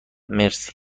مرسی